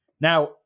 Now